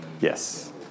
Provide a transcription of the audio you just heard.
Yes